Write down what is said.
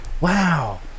Wow